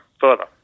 further